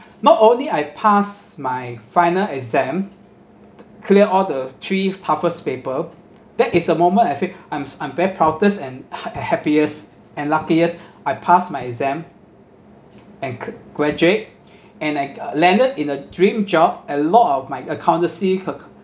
not only I pass my final exam clear all the three toughest paper that is a moment I feel I'm I'm very proudest and ha~ happiest and luckiest I pass my exam and g~ graduate and I uh landed in a dream job a lot of my accountancy